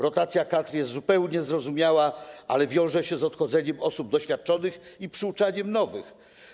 Rotacja kadr jest zupełnie zrozumiała, ale wiąże się z odchodzeniem osób doświadczonych i przyuczaniem nowych.